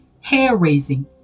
hair-raising